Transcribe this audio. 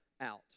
out